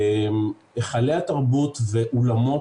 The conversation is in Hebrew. היכלי התרבות ואולמות